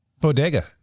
Bodega